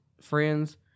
friends